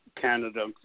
Canada